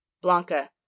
Blanca